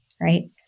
right